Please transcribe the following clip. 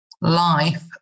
life